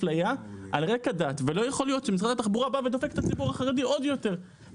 לא יכול להיות שמשרד התחבורה בא ודופק את הציבור החרדי עוד יותר.